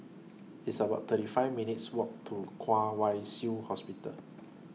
It's about thirty five minutes' Walk to Kwong Wai Shiu Hospital